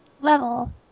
level